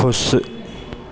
ख़ुश